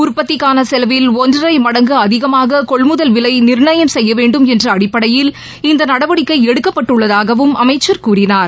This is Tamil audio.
உற்பத்திக்கான செலவில் ஒன்றரை மடங்கு அதிகமாக கொள்முதல்விலை நிர்ணயம் செய்ய வேண்டும் என்ற அடிப்படையில் இந்த நடவடிக்கை எடுக்கப்பட்டுள்ளதாகவும் அமைச்சர் கூறினார்